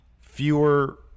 fewer